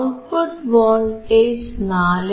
output voltage 4